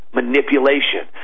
manipulation